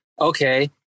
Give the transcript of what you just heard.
Okay